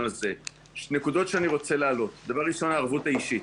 נקודות שרוצה להעלות: ערבות אישית,